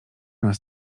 nas